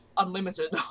Unlimited